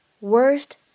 worst